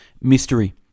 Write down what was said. Mystery